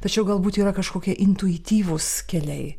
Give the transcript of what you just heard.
tačiau galbūt yra kažkokie intuityvūs keliai